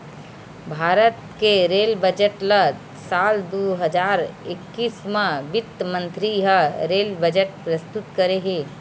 भारत के rail budget ल साल दू हजार एक्कीस म बित्त मंतरी ह रेल बजट प्रस्तुत करे हे